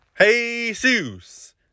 Jesus